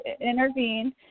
intervene